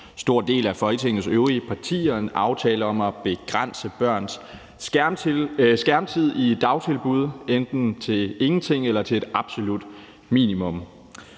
stor del af Folketingets øvrige partier om at begrænse børns skærmtid i dagtilbuddene til enten ingenting eller til et absolut minimum.